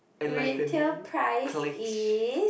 retail price is